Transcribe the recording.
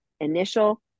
initial